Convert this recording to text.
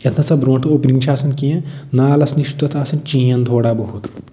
یَتھ نَہ سا برٛونٹھٕ اوٚپنِنٛک چھِ آسان کیٚنٛہہ نالس نِش چھُ تتھ آسان چین تھوڑا بہت